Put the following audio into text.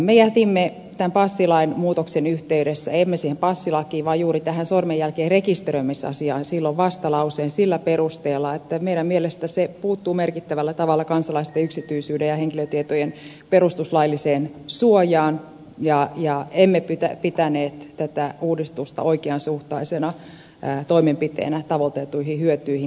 me jätimme tämän passilain muutoksen yh teydessä emme siihen passilakiin vaan juuri tähän sormenjälkien rekisteröimisasiaan vastalauseen sillä perusteella että meidän mielestämme se puuttuu merkittävällä tavalla kansalaisten yksityisyyden ja henkilötietojen perustuslailliseen suojaan ja emme pitäneet tätä uudistusta oikeasuhtaisena toimenpiteenä tavoiteltuihin hyötyihin nähden